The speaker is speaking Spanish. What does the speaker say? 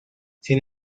sin